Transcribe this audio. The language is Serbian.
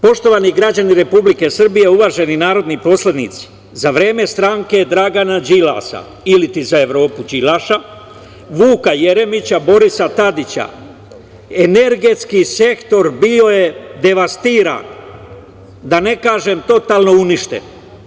Poštovani građani Republike Srbije, uvaženi narodni poslanici, za vreme stranke Dragana Đilasa ili za Evropu „Đilaša“, Vuka Jeremića, Borisa Tadića, energetski sektor bio je devastiran, da ne kažem totalno uništen.